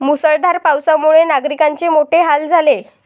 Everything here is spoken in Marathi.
मुसळधार पावसामुळे नागरिकांचे मोठे हाल झाले